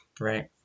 right